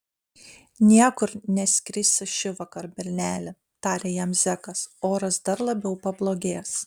niekur neskrisi šįvakar berneli tarė jam zekas oras dar labiau pablogės